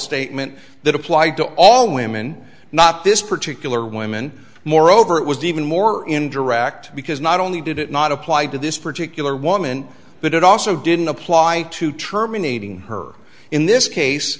statement that applied to all women not this particular women moreover it was even more indirect because not only did it not apply to this particular woman but it also didn't apply to terminating her in this case